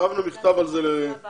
כתבנו מכתב על זה למור-יוסף.